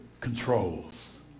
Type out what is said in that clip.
controls